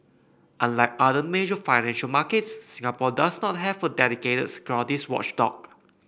unlike other major financial markets Singapore does not have a dedicated securities watchdog